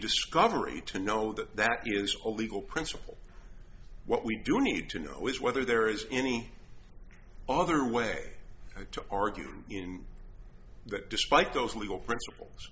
discovery to know that that is all legal principle what we do need to know is whether there is any other way to argue that despite those legal princip